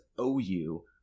ou